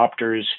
adopters